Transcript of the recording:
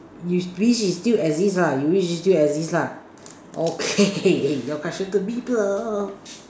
you wish it still exist ah you wish it still exist lah okay you question to me now